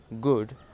good